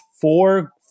four